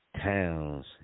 towns